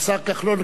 הרי השר כחלון,